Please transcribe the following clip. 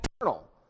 eternal